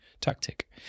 tactic